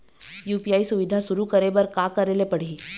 UPI सुविधा शुरू करे बर का करे ले पड़ही?